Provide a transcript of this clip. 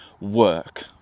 work